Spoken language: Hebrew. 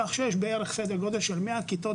כך שיש בערך סדר גודל של 100 כיתות